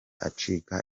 acika